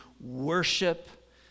worship